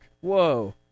Whoa